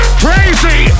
crazy